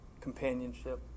companionship